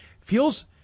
Feels